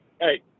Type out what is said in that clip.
Hey